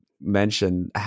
Mention